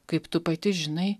kaip tu pati žinai